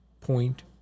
point